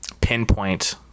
pinpoint